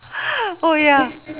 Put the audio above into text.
oh ya